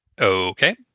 Okay